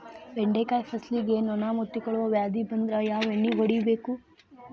ಬೆಂಡೆಕಾಯ ಫಸಲಿಗೆ ನೊಣ ಮುತ್ತಿಕೊಳ್ಳುವ ವ್ಯಾಧಿ ಬಂದ್ರ ಯಾವ ಎಣ್ಣಿ ಹೊಡಿಯಬೇಕು?